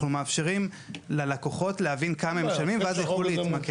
אנחנו מאפשרים ללקוחות להבין כמה הם משלמים ואז הם יוכלו להתמקח.